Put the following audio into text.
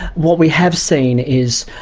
what we have seen is,